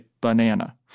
banana